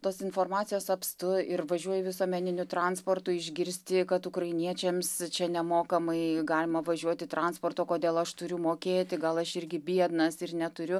tos informacijos apstu ir važiuoji visuomeniniu transportu išgirsti kad ukrainiečiams čia nemokamai galima važiuoti transportu kodėl aš turiu mokėti gal aš irgi biednas ir neturiu